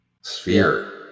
sphere